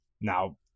now